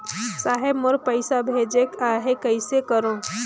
साहेब मोर पइसा भेजेक आहे, कइसे करो?